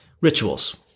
Rituals